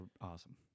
awesome